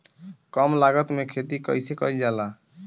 कम लागत में खेती कइसे कइल जाला?